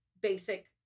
basic